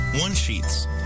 one-sheets